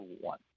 one